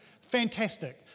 Fantastic